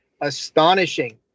astonishing